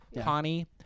Connie